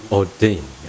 ordain